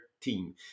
team